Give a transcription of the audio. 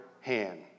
hand